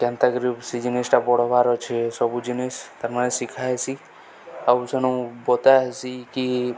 କେନ୍ତା କରି ସେ ଜିନିଷଟା ବଡ଼ବାର ଅଛେ ସବୁ ଜିନିଷ ତା'ର ମାନେ ଶିଖା ହେସି ଆଉ ସେଣୁ ବତା ହେସି କି